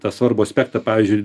tą svarbų aspektą pavyzdžiui